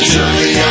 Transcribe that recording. Surely